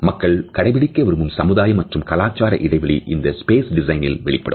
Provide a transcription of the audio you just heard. மக்கள் கடைப்பிடிக்க விரும்பும் சமுதாயம் மற்றும் கலாச்சார இடைவெளி இந்த ஸ்பேஸ் டிசைனில் வெளிப்படும்